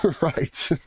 Right